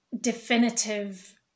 definitive